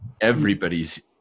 everybody's